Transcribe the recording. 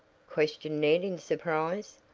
questioned ned in surprise.